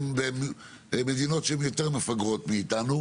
במדינות שהן יותר מפגרות מאיתנו,